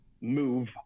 move